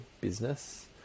business